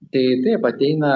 tai taip ateina